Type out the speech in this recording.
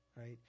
right